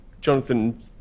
Jonathan